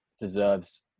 deserves